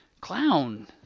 clown